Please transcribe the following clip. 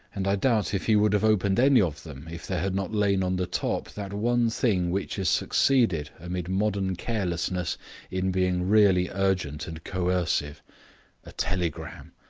and i doubt if he would have opened any of them if there had not lain on the top that one thing which has succeeded amid modern carelessness in being really urgent and coercive a telegram.